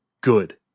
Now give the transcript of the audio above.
good